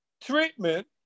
treatment